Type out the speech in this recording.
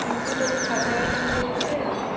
ଏମିତି ସବୁ ସାଧା ଆଇଟମ୍ ସବୁ ଦେବେ ଆଉ